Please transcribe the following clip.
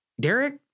Derek